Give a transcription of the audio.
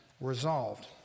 resolved